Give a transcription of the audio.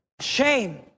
Shame